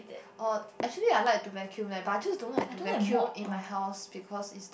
oh actually I like to vacuum leh but I just don't like to vacuum in my house because it's